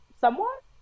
somewhat